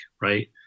right